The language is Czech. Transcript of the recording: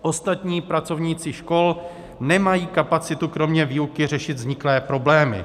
Ostatní pracovníci škol nemají kapacitu kromě výuky řešit vzniklé problémy.